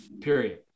period